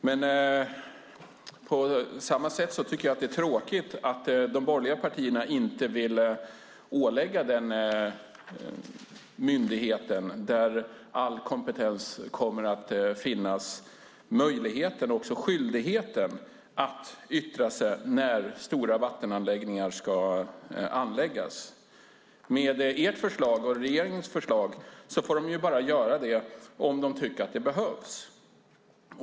Men det är samtidigt tråkigt att de borgerliga partierna inte vill ålägga den myndighet där all kompetens kommer att finnas möjligheten och också skyldigheten att yttra sig när stora vattenanläggningar ska anläggas. Med ert och regeringens förslag får myndigheten bara göra det om man tycker att det behövs.